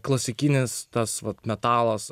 klasikinis tas vat metalas